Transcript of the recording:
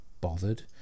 bothered